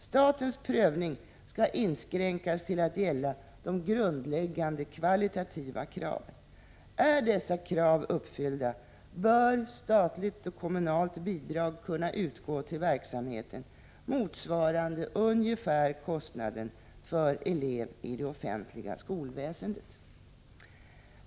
Statens prövning skall inskränkas till att gälla de grundläggande kvalitativa kraven. Är dessa krav uppfyllda bör statligt och kommunalt bidrag kunna utgå till verksamheten motsvarande ungefär kostnaden för elev i det offentliga skolväsendet.